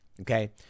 Okay